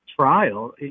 trial